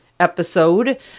episode